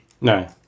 No